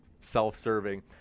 self-serving